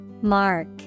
Mark